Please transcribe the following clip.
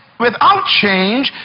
without change,